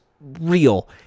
real